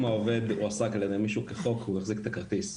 אם העובד מועסק על ידי מישהו כחוק והוא החזיק את הכרטיס,